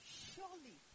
surely